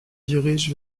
dirige